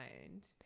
mind